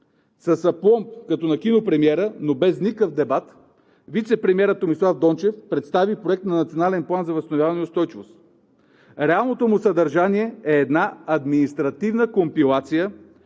С апломб като кино-премиера, но без всякакъв дебат вицепремиерът Томислав Дончев представи проект на Национален план за възстановяване и устойчивост. Реалното му съдържание е една административна компилация,